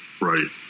Right